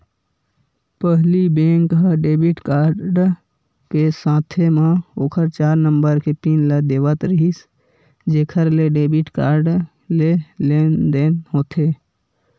पहिली बेंक ह debit card के साथे म ओखर चार नंबर के पिन ल देवत रिहिस जेखर ले डेबिट कारड ले लेनदेन होथे